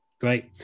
great